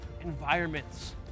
environments